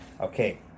okay